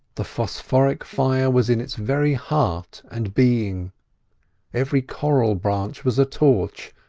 the phosphoric fire was in its very heart and being every coral branch was a torch,